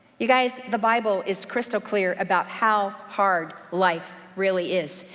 you guys the bible is crystal clear about how hard life really is.